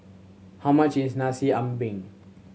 how much is Nasi Ambeng